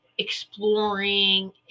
exploring